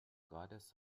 goddess